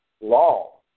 law